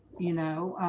you know?